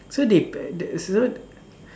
so they so